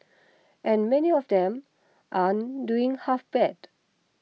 and many of them aren't doing half bad